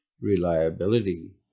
reliability